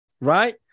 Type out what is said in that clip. right